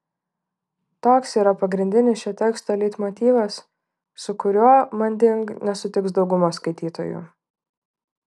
toks yra pagrindinis šio teksto leitmotyvas su kuriuo manding nesutiks dauguma skaitytojų